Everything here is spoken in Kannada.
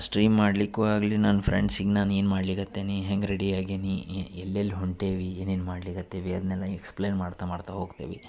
ಸ್ಟ್ರೀಮ್ ಮಾಡಲಿಕ್ಕೂ ಆಗಲಿ ನನ್ನ ಫ್ರೆಂಡ್ಸಿಗ ನಾನು ಏನು ಮಾಡ್ಲಿಕತ್ತೆನಿ ಹೆಂಗೆ ರೆಡಿ ಆಗೇನಿ ಎಲ್ಲೆಲ್ಲಿ ಹೊಂಟೇವಿ ಏನೇನು ಮಾಡ್ಲಿಕತ್ತಿವಿ ಅದನ್ನೆಲ್ಲ ಎಕ್ಸ್ಪ್ಲೈನ್ ಮಾಡ್ತಾ ಮಾಡ್ತಾ ಹೋಗ್ತೆವಿ